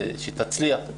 שתצליח.